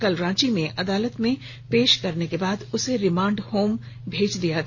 कल रांची में अदालत में पेश करने के बाद उसे रिमांड होम भेज दिया गया